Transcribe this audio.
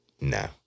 No